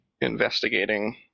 investigating